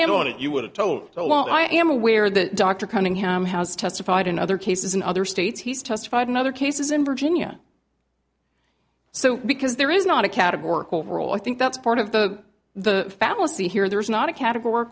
it you would have told the law i am aware that dr cunningham has testified in other cases in other states he's testified in other cases in virginia so because there is not a categorical rule i think that's part of the the fallacy here there is not a categor